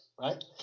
right